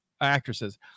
actresses